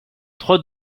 trois